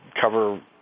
cover